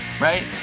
right